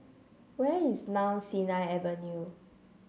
where is Mount Sinai Avenue